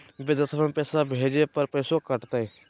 बिदेशवा मे पैसवा भेजे पर पैसों कट तय?